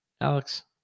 Alex